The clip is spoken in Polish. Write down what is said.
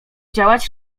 działać